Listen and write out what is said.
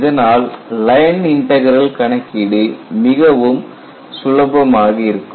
இதனால் line integral கணக்கீடு மிகவும் சுலபமாக இருக்கும்